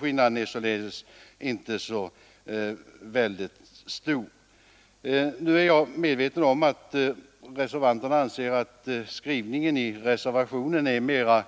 Skillnaden är således inte så stor. Nu är jag medveten om att reservanterna anser att skrivningen i reservationen är mera